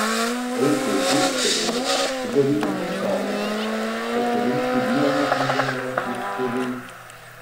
vaikui ūgtelėjus sudarykite sąlygas pasirinkti vieną knygelę iš kelių